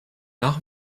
nach